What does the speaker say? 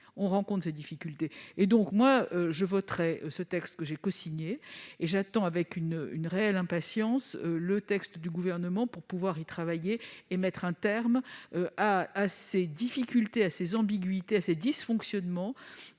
on rencontre ces difficultés. Je voterai donc ce texte, que j'ai cosigné, et j'attends avec une réelle impatience celui du Gouvernement, pour pouvoir y travailler et mettre un terme à ces difficultés, à ces ambiguïtés, à ces dysfonctionnements